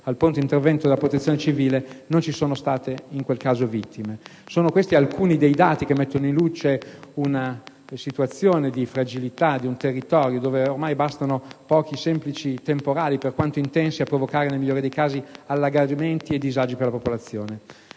al pronto intervento della Protezione civile, non ci sono state vittime. Sono questi solo alcuni dei dati che mettono chiaramente in luce la fragilità di un territorio dove bastano ormai pochi semplici temporali, per quanto intensi, a provocare, nel migliore dei casi, allagamenti e disagi per la popolazione.